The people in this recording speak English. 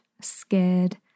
scared